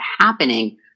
happening